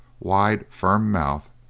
wide, firm mouth,